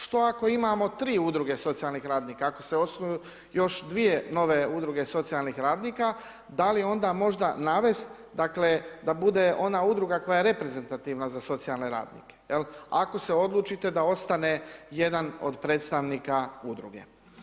Što ako imamo 3 udruge socijalnih radnika, ako se osnuju još 2 nove udruge socijalnih radnika, da li onda možda navest da bude ona udruga koja je reprezentativna za socijalne radnike, jel, ako se odlučite da ostane jedan od predstavnika udruge.